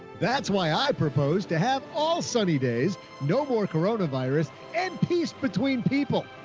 that's why i propose to have all sunny days. no whore, corona virus and peace between people.